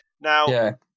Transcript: now